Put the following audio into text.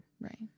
Right